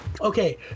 okay